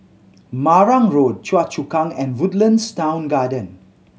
Marang Road Choa Chu Kang and Woodlands Town Garden